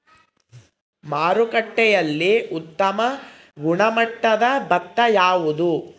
ಮಾರುಕಟ್ಟೆಯಲ್ಲಿ ಉತ್ತಮ ಗುಣಮಟ್ಟದ ಭತ್ತ ಯಾವುದು?